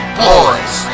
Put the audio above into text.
boys